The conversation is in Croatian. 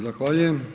Zahvaljujem.